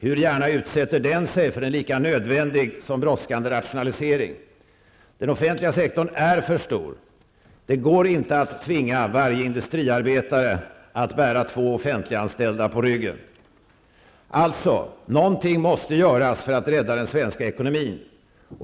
Hur gärna utsätter den sig för en lika nödvändig som brådskande rationalisering? Den offentliga sektorn är för stor. Det går inte att tvinga varje industriarbetare att bära två offentliganställda på ryggen! Något måste alltså göras för att rädda den svenska ekonomin.